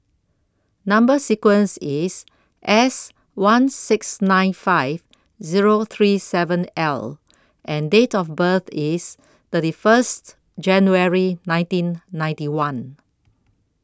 Number sequence IS S one six nine five Zero three seven L and Date of birth IS thirty First January nineteen ninety one